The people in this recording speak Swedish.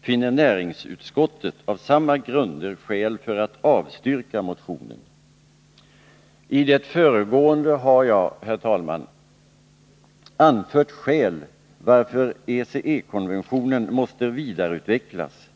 finner näringsutskottet av samma grunder skäl för att avstyrka motionen. I det föregående har jag, herr talman, anfört en del skäl för att ECE-konventionen måste vidareutvecklas.